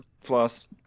Floss